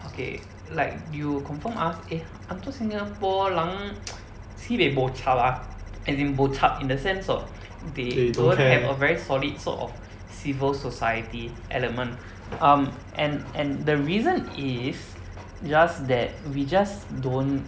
okay like you confirm ask eh um cho Singapore lang sibei bo chup ah as in bo chup in the sense of they don't have a very solid sort of civil society element um and and the reason is just that we just don't